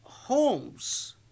Homes